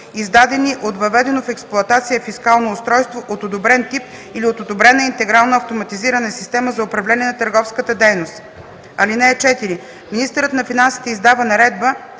издадени от въведено в експлоатация фискално устройство от одобрен тип или от одобрена интегрирана автоматизирана система за управление на търговската дейност. (4) Министърът на финансите издава наредба,